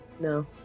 No